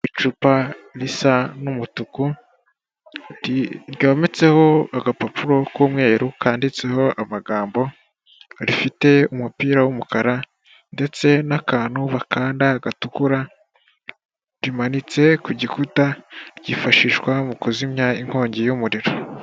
Icupa risa umutuku, ryometseho agapapuro k'umweru kanditseho amagambo, rifite umupira w'umukara ndetse n'akantu bakanda gatukura, rimanitse ku gikuta, ryifashishwa mu kuzimya inkongi y'umuriro.